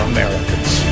Americans